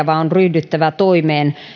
vaaleja vaan on ryhdyttävä toimeen